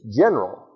general